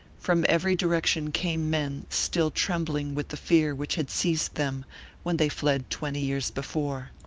from every direction came men still trembling with the fear which had seized them when they fled twenty years before.